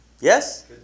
Yes